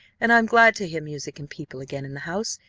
and i am glad to hear music and people again in the house,